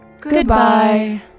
Goodbye